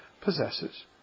possesses